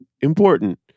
important